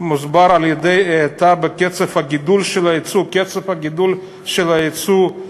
מוסבר על-ידי האטה בקצב הגידול של היצוא" קצב הגידול ירד,